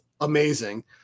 amazing